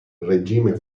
regime